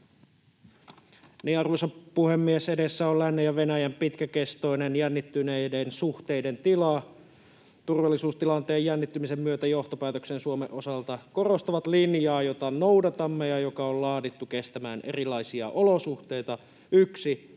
Arvoisa puhemies! Edessä on lännen ja Venäjän pitkäkestoinen jännittyneiden suhteiden tila. Turvallisuustilanteen jännittymisen myötä johtopäätökset Suomen osalta korostavat linjaa, jota noudatamme ja joka on laadittu kestämään erilaisia olosuhteita: 1)